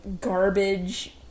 garbage